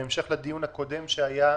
בהמשך לדיון הקודם שהיה,